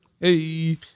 Hey